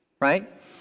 right